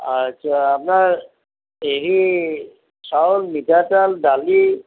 আচ্ছা আপ্নাৰ হেৰি চাউল মিঠাতেল দালি